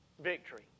victory